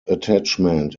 attachment